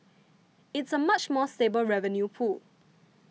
it's a much more stable revenue pool